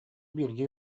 бииргэ